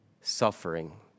suffering